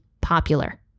popular